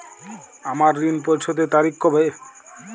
আমার ঋণ পরিশোধের তারিখ কবে?